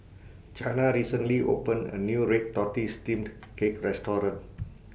Chana recently opened A New Red Tortoise Steamed Cake Restaurant